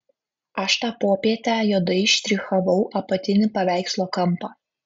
aš tą popietę juodai štrichavau apatinį paveikslo kampą